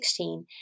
2016